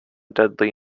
dudley